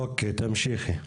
אוקיי, תמשיכי.